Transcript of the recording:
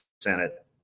Senate